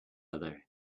other